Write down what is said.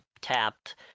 tapped